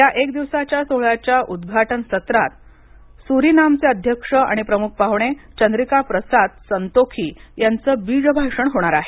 या एक दिवसाच्या सोहळ्याच्या उद्घाटन सत्रात सूरीनामचे अध्यक्ष आणि प्रमुख पाहुणे चंद्रिकाप्रसाद संतोखी यांच बीज भाषण होणार आहे